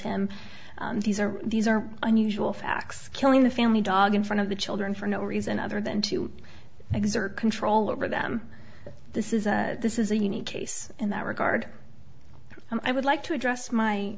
him these are these are unusual facts killing the family dog in front of the children for no reason other than to exert control over them this is a this is a unique case in that regard and i would like to address my